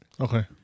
Okay